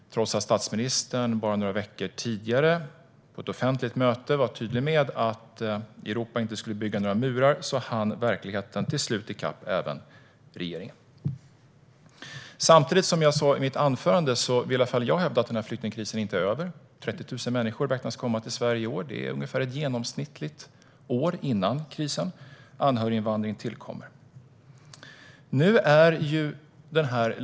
Trots att statsministern bara några veckor tidigare på ett offentligt möte var tydlig med att Europa inte skulle bygga några murar hann verkligen till slut i kapp även regeringen. Jag hävdar dock att flyktingkrisen inte är över, vilket jag även sa i mitt huvudanförande. I år beräknas 30 000 människor komma till Sverige. Det är ungefär som ett genomsnittligt år före krisen. Anhöriginvandring tillkommer.